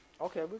okay